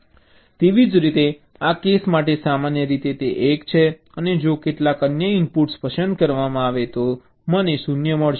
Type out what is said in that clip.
તેવી જ રીતે આ કેસ માટે સામાન્ય રીતે તે 1 છે અને જો કેટલાક અન્ય ઇનપુટ્સ પસંદ કરવામાં આવે છે તો મને 0 મળશે